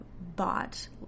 bought